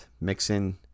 mixing